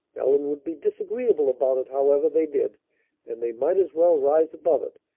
ellen would be disagreeable about it, however they did and they might as well rise above it,